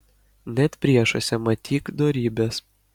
net priešuose matyk dorybes